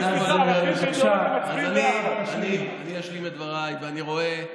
אז אני אשלים את דבריי, ואני רואה,